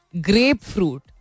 grapefruit